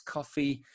Coffee